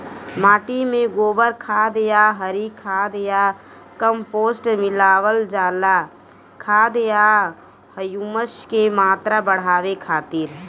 माटी में गोबर खाद या हरी खाद या कम्पोस्ट मिलावल जाला खाद या ह्यूमस क मात्रा बढ़ावे खातिर?